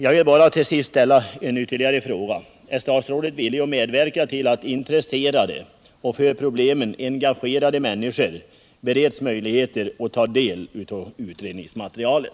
Jag vill bara till sist ställa ytterligare en fråga: Är statsrådet villig att medverka till att intresserade och för problemen engagerade människor bereds möjligheter att ta del av utredningsmaterialet?